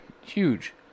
Huge